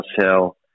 sell